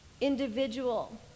individual